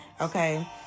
Okay